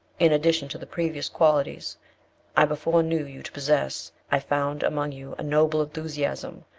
in addition to the previous qualities i before knew you to possess, i found among you a noble enthusiasm,